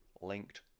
linked